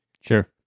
Sure